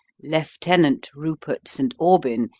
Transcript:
lieutenant rupert st. aubyn,